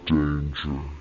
danger